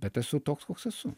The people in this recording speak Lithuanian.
bet esu toks koks esu